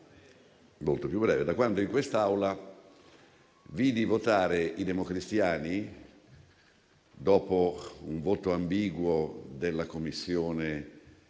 da quando in quest'Aula vidi votare i democristiani, dopo un voto ambiguo della Commissione